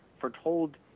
foretold